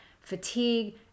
fatigue